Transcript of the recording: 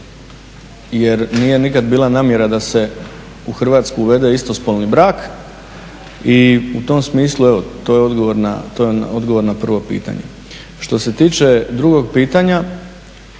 jer nije nikad bila namjera da se u Hrvatsku uvede istospolni brak i u tom smislu evo to je odgovor na prvo pitanje. Što se tiče drugog pitanja,